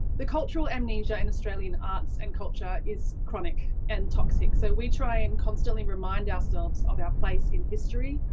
the cultural amnesia in australian arts and culture is chronic and toxic. so we try to and constantly remind ourselves of our place in history,